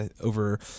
over